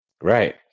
Right